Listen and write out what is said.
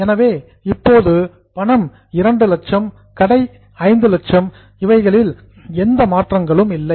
எனவே இப்போது பணம் 200000 கடை 500000 இவைகளில் எந்த மாற்றங்களும் இல்லை